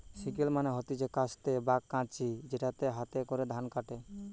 sickle মানে হতিছে কাস্তে বা কাঁচি যেটাতে হাতে করে ধান কাটে